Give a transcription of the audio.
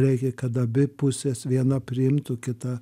reikia kad abi pusės viena priimtų kita